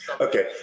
Okay